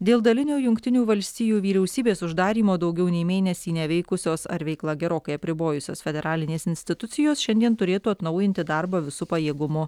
dėl dalinio jungtinių valstijų vyriausybės uždarymo daugiau nei mėnesį neveikusios ar veiklą gerokai apribojusios federalinės institucijos šiandien turėtų atnaujinti darbą visu pajėgumu